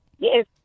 Yes